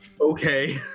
Okay